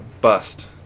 bust